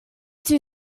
two